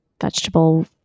vegetable